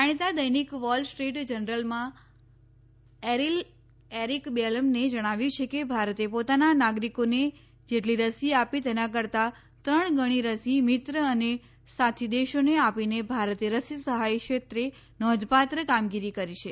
જાણીતા દૈનિક વોલસ્ટ્રીટ જનરલમાં એરીક બેલમને જણાવ્યું છે કે ભારતે પોતાના નાગરિકોને જેટલી રસી આપી તેના કરતા ત્રણ ગણી રસી મિત્ર અને સાથી દેશોને આપીને ભારતે રસી સહાય ક્ષેત્રે નોંધપાત્ર કામગીરી કરી છે